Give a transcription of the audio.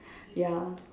yeah